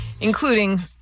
including